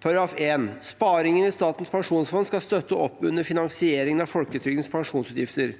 I § 1 står det: «Sparingen i Statens pensjonsfond skal støtte opp under finansieringen av folketrygdens pensjonsutgifter.